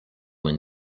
when